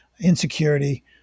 insecurity